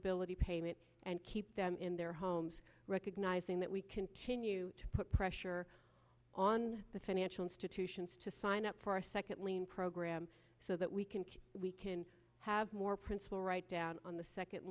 ability payment and keep them in their homes recognizing that we continue to put pressure on the financial institutions to sign up for a second lien program so that we can we can have more principal write down on the second